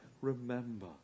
remember